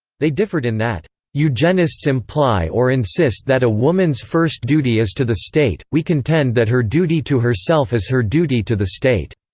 they differed in that eugenists imply or insist that a woman's first duty is to the state we contend that her duty to herself is her duty to the state.